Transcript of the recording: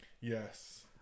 yes